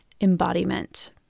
embodiment